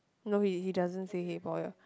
no he he doesn't say hey boy ah